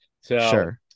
sure